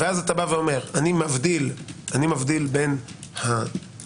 ואז אתה אומר: אני מבדיל בין הרכוש,